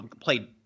played